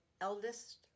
eldest